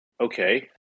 okay